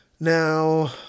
Now